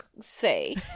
say